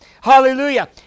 Hallelujah